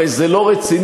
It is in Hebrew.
הרי זה לא רציני.